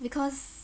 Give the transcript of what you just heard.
because